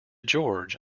george